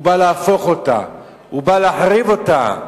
הוא בא להפוך אותה ולהחריב אותה.